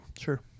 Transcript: Sure